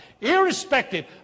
irrespective